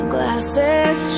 Glasses